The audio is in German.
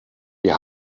wir